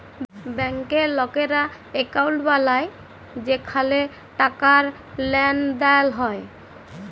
ব্যাংকে লকেরা একউন্ট বালায় যেখালে টাকার লেনদেল হ্যয়